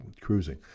cruising